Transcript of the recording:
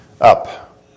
up